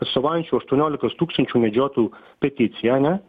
atstovaujančių aštuoniolikos tūkstančių medžiotojų peticiją ane